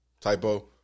typo